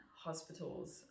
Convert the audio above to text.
hospitals